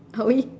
are we